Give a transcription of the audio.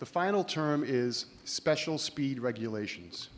the final term is special speed regulations